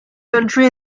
country